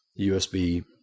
USB